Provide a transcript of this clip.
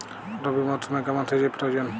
রবি মরশুমে কেমন সেচের প্রয়োজন?